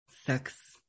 sex